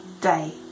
day